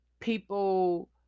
people